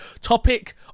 topic